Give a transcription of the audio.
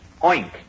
Oink